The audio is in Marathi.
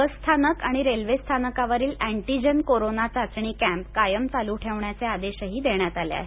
बस स्थानक आणि रेल्वे स्थानकावरील अँटीजन कोरोना चाचणी कॅम्प कायम चालू ठेवण्याचे आदेशही देण्यात आले आहेत